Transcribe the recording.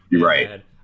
Right